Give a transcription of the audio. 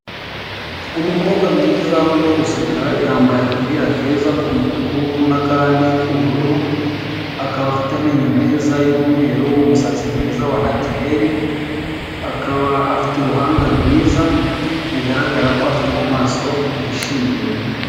Umukobwa mwiza urimo guseka, yambaye agapira keza k'umutuku, n'akandi k'ubururu, akaba afite amenyo meza y'umweru, umusatsi mwiza wa natireri, akaba afite uruhanga rwiza, bigaragara ko afite mu maso hishimye.